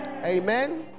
Amen